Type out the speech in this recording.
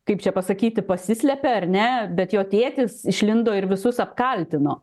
kaip čia pasakyti pasislepia ar ne bet jo tėtis išlindo ir visus apkaltino